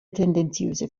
tendenziöse